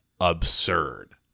absurd